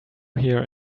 here